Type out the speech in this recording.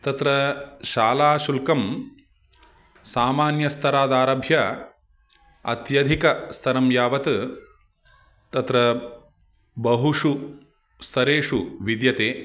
तत्र शालाशुल्कं सामान्यस्तरादारभ्य अत्यधिकस्तरं यावत् तत्र बहुषु स्तरेषु विद्यते